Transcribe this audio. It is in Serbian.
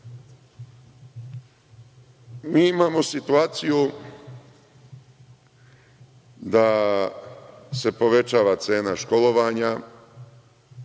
imamo situaciju da se povećava cena školovanja,